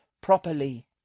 properly